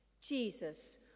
Jesus